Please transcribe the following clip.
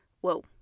Whoa